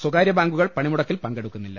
സ്ഥകാര്യ ബാങ്കുകൾ പണിമുടക്കിൽ പങ്കെടുക്കുന്നില്ല